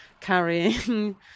carrying